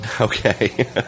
Okay